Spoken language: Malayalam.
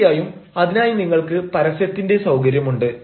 തീർച്ചയായും അതിനായി നിങ്ങൾക്ക് പരസ്യത്തിന്റെ സൌകര്യമുണ്ട്